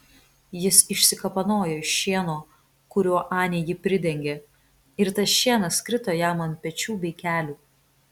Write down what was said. jis išsikapanojo iš šieno kuriuo anė jį pridengė ir tas šienas krito jam ant pečių bei kelių